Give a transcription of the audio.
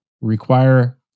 require